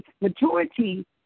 maturity